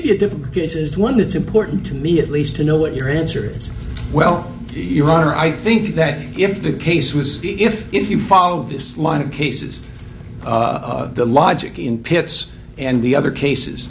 be a different cases one it's important to me at least to know what your answer it's well your honor i think that if the case was if if you follow this line of cases the logic in pits and the other cases